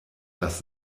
lass